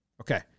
Okay